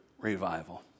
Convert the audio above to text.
revival